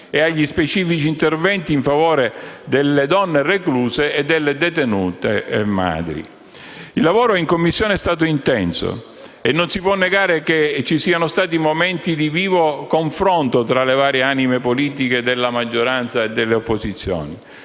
e agli specifici interventi in favore delle donne recluse e delle detenute madri. Il lavoro in Commissione è stato intenso e non si può negare che vi siano stati momenti di vivo confronto tra le varie anime politiche della maggioranza e delle opposizioni.